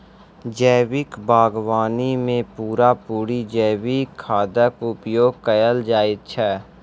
जैविक बागवानी मे पूरा पूरी जैविक खादक उपयोग कएल जाइत छै